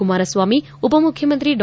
ಕುಮಾರಸ್ವಾಮಿ ಉಪಮುಖ್ಯಮಂತ್ರಿ ಡಾ